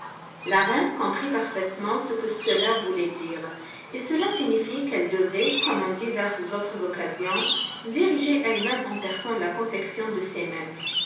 la reine comprit parfaitement ce que cela voulait dire et cela signifiait qu'elle devait comme en diverses autres occasions diriger elle-même en personne la confection de ces